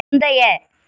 முந்தைய